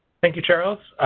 thank you charles.